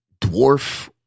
dwarf